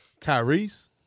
Tyrese